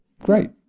great